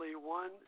one